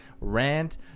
rant